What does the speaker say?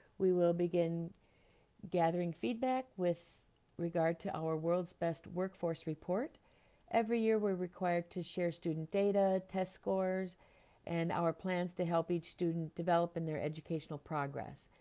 we will begin gathering feedback with regard to our world's best workforce report every year. we're required to share student data test scores and our plans to help each student develop in their educational progress.